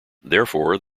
therefore